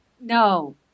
No